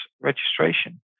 registration